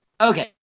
Okay